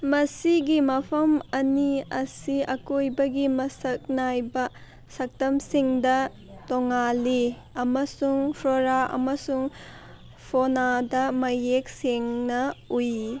ꯃꯁꯤꯒꯤ ꯃꯐꯝ ꯑꯅꯤ ꯑꯁꯤ ꯑꯀꯣꯏꯕꯒꯤ ꯃꯁꯛ ꯅꯥꯏꯕ ꯁꯛꯇꯝꯁꯤꯡꯗ ꯇꯣꯡꯉꯥꯜꯂꯤ ꯑꯃꯁꯨꯡ ꯐ꯭ꯂꯣꯔꯥ ꯑꯃꯁꯨꯡ ꯐꯥꯎꯅꯥꯗ ꯃꯌꯦꯛ ꯁꯦꯡꯅ ꯎꯏ